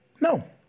No